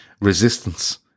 resistance